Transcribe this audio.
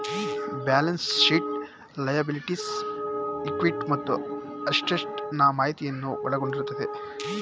balance sheet liabilities, equity ಮತ್ತು assets ನಾ ಮಾಹಿತಿಯನ್ನು ಒಳಗೊಂಡಿರುತ್ತದೆ